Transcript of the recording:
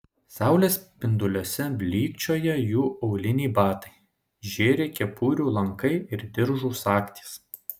saulės spinduliuose blykčioja jų auliniai batai žėri kepurių lankai ir diržų sagtys